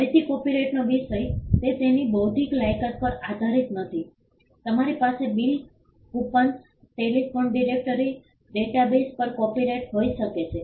ફરીથી કોપિરાઇટનો વિષય તે તેની બૌદ્ધિક લાયકાત પર આધારિત નથી તમારી પાસે bill coupons telephone directory databases પર કોપિરાઇટ હોઈ શકે છે